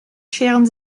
scheren